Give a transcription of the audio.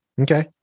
Okay